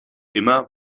immer